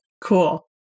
Cool